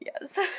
yes